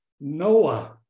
Noah